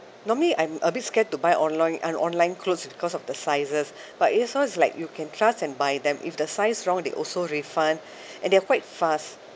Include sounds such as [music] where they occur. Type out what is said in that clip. normally I'm a bit scared to buy online an online clothes because of the sizes [breath] but ASOS it's like you can trust and buy them if the size wrong they also refund [breath] and they are quite fast